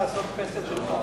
לסעיף 4 נתקבלה.